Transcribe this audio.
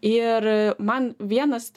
ir man vienas